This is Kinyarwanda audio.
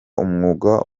umwuga